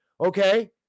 okay